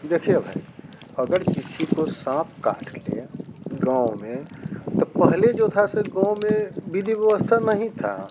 देखिए भाई अगर किसी को साँप काट ले गाँव में तो पहले जो था से गाँव में विधि व्यवस्था नहीं था